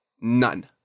None